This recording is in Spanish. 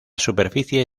superficie